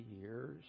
years